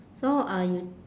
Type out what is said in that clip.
so uh you